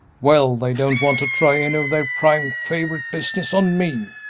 well, they don't want to try any of their prime favorite business on me,